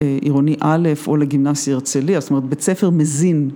עירוני א' או לגימנסיה הרצליה, ‫זאת אומרת, בית ספר מזין.